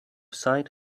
sight